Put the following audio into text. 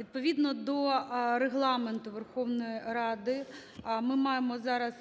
відповідно до Регламенту Верховної Ради, ми маємо зараз